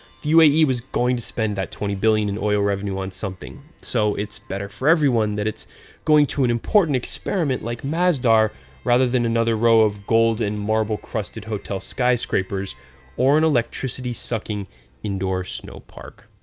the uae was going to spend that twenty billion dollars in oil revenue on something, so it's better for everyone that its going to an important experiment like masdar rather than another row of gold and marble crusted hotel skyscrapers or an electricity-sucking indoor snow park.